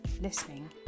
listening